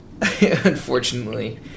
Unfortunately